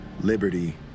liberty